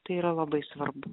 tai yra labai svarbu